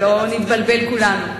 שלא נתבלבל כולנו.